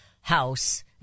House